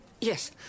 Yes